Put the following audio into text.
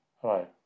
Hello